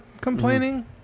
complaining